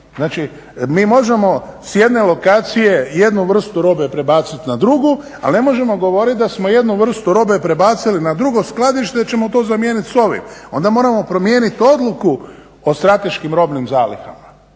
Znači mi možemo s jedne alokacije jednu vrste robe prebacit na drugu, ali ne možemo govorit da smo jednu vrstu robe prebacili na drugo skladište jer ćemo to zamijenit s ovim. Onda moramo promijenit odluku o strateškim robnim zalihama.